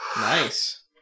Nice